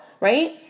right